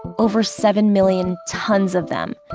over seven million tons of them.